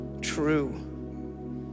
true